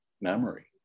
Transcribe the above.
memory